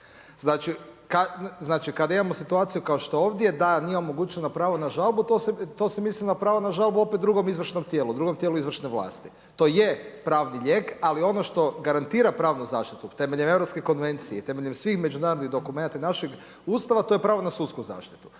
znači kad imamo situaciju kao što ovdje da nije omogućeno pravo na žalbu to se misli na pravo na žalbu drugom izvršnom tijelu, drugom tijelu izvršne vlasti, to je pravni lijek, ali ono što garantira pravnu zaštitu temeljem Europske konvencije, temeljem svih međunarodnih dokumenata našeg Ustava, to je pravo na sudsku zaštitu.